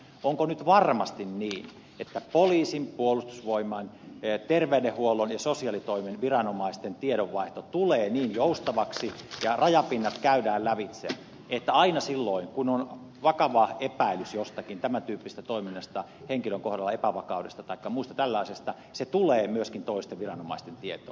onko nyt varmasti niin että poliisin puolustusvoimain terveydenhuollon ja sosiaalitoimen viranomaisten tiedonvaihto tulee niin joustavaksi ja rajapinnat käydään lävitse että aina silloin kun on vakava epäilys jostakin tämän tyyppisestä toiminnasta henkilön kohdalla epävakaudesta taikka muusta tällaisesta se tulee myöskin toisten viranomaisten tietoon